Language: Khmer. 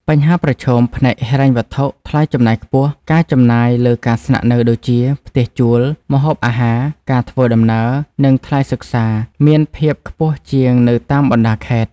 បញ្ហាប្រឈមផ្នែកហិរញ្ញវត្ថុថ្លៃចំណាយខ្ពស់ ការចំណាយលើការស្នាក់នៅដូចជា ផ្ទះជួល ម្ហូបអាហារ ការធ្វើដំណើរ និងថ្លៃសិក្សា មានភាពខ្ពស់ជាងនៅតាមបណ្តាខេត្ត។